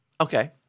Okay